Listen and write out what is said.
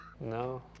No